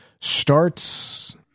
starts